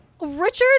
Richard